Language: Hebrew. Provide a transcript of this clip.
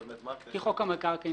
כעיקרון,